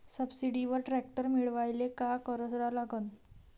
सबसिडीवर ट्रॅक्टर मिळवायले का करा लागन?